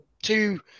Two